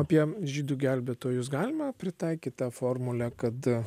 apie žydų gelbėtojus galima pritaikyt tą formulę kad